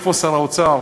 איפה שר האוצר?